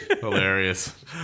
hilarious